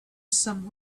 some